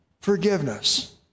forgiveness